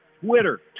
Twitter